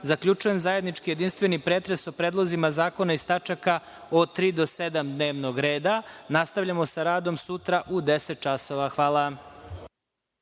zaključujem zajednički jedinstveni pretres o predlozima zakona iz tač. 3. do 7. dnevnog reda. Nastavljamo sa radom sutra u 10.00